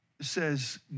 says